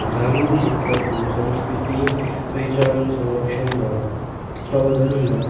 ग्रामीण क्षेत्रको संस्कृति पहिचान संरक्षण र प्रवधनमा